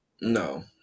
No